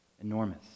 Enormous